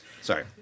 Sorry